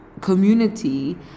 community